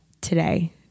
today